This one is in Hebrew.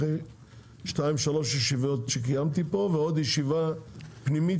אחרי שתיים-שלוש ישיבות שקיימתי פה ועוד ישיבה פנימית